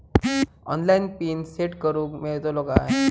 Online PIN set करूक मेलतलो काय?